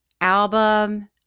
album